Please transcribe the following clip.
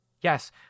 Yes